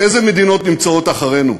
אילו מדינות נמצאות אחרינו,